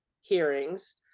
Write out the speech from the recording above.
hearings